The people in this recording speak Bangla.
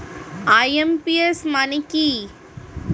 আই.এম.পি.এস মানে কি?